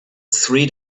three